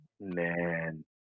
Man